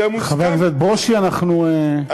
זה מוסכם, חבר הכנסת ברושי, אנחנו נסחפים.